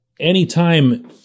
Anytime